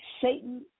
Satan